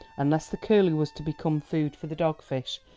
unless the curlew was to become food for the dog-fish,